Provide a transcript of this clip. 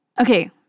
Okay